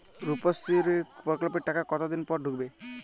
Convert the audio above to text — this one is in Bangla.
রুপশ্রী প্রকল্পের টাকা কতদিন পর ঢুকবে?